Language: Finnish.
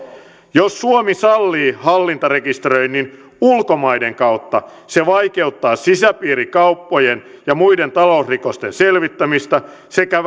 jos suomi sallii hallintarekisteröinnin ulkomaiden kautta se vaikeuttaa sisäpiirikauppojen ja muiden talousrikosten selvittämistä sekä